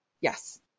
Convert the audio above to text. Yes